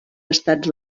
estats